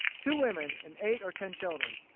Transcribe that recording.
two women, and eight or ten children.